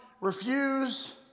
refuse